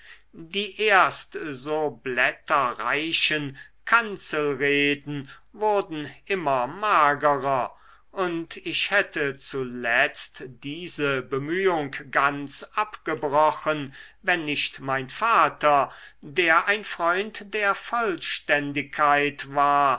die erst so blätterreichen kanzelreden wurden immer magerer und ich hätte zuletzt diese bemühung ganz abgebrochen wenn nicht mein vater der ein freund der vollständigkeit war